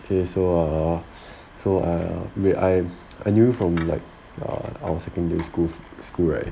okay so err so err wait I I knew from like err our secondary schools school right